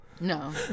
No